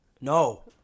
No